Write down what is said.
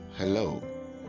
Hello